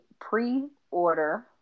pre-order